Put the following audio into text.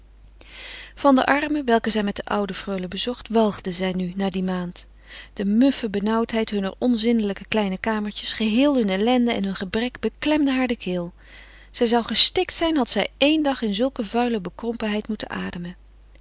van de armen welke zij met de freule bezocht walgde zij nu na die maand de muffe benauwdheid hunner onzindelijke kleine kamertjes geheel hunne ellende en hun gebrek beklemde haar de keel zij zou gestikt zijn had zij éen dag in zulke vuile bekrompenheid moeten ademen